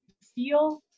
feel